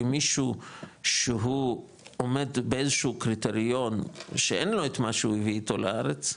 למישהו שהוא עומד באיזשהו קריטריון שאין לו את מה שהוא הביא אתו לארץ,